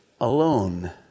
Alone